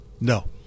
No